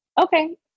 Okay